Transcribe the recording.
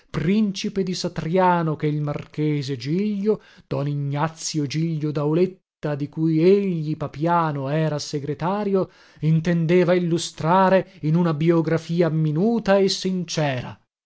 principe di satriano che il marchese giglio don ignazio giglio dauletta di cui egli papiano era segretario intendeva illustrare in una biografia minuta e sincera